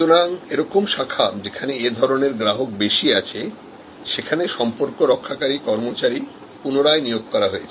সুতরাং এরকম শাখা যেখানে এ ধরনের গ্রাহক বেশি আছে সেখানে সম্পর্ক রক্ষাকারী কর্মচারী পুনরায় নিয়োগ করা হয়েছে